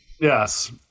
Yes